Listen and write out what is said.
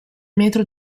metro